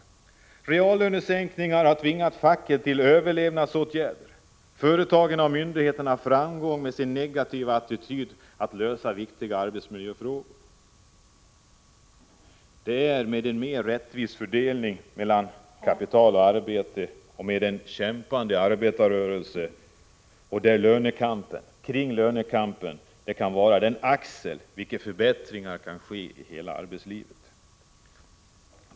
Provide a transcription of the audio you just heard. Reallönesänkningar tvingar facken till överlevnadsåtgärder, företagen och myndigheterna har framgång med sin negativa attityd till att lösa viktiga arbetsmiljöfrågor. Med en mer rättvis fördelning mellan kapital och arbete, med en kämpande arbetarrörelse, kommer lönekampen att vara den axel kring vilken förbättringar kan ske i arbetslivet.